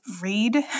read